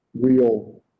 real